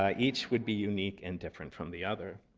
ah each would be unique and different from the other.